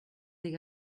des